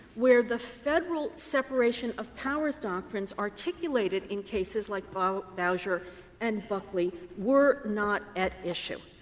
where the federal separation of powers doctrines articulated in cases like bowsher and buckley were not at issue.